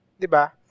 Diba